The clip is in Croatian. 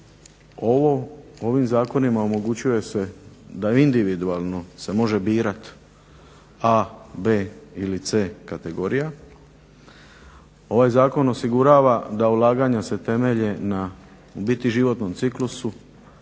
Ovim zakonima omogućuje se da individualno se može birati a, b ili c kategorija. Ovaj zakon osigurava da ulaganja se temelje na u biti životnom ciklusu,